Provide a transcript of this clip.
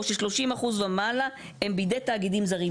או ש-30% ומעלה הם בידי תאגידים זרים".